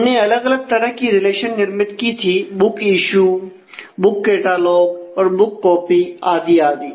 हमने अलग अलग तरह की रिलेशन निर्मित की थी बुक इश्य बुक कैटलॉग और बुक कॉपी आदि आदि